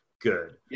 good